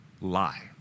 Lie